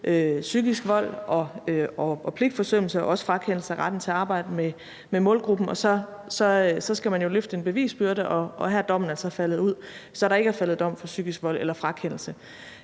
psykisk vold og pligtforsømmelse og også frakendelse af retten til at arbejde med målgruppen, og så skal man jo løfte en bevisbyrde, og her er dommen altså faldet ud, så der ikke er faldet dom for psykisk vold eller frakendelse,